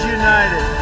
united